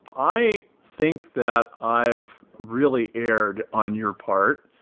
i think that i've really erred on your part.